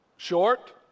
Short